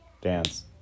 dance